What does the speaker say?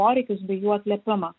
poreikius bei jų atliepimą